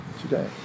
today